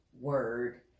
word